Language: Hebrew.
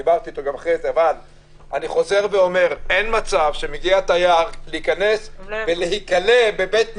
שוב אומר - אין מצב שמגיע תייר להיכנס ולהיקלט בבית מלון.